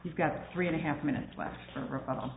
we've got three and a half minutes left for